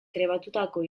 trebatutako